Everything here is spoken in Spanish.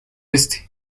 este